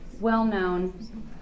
well-known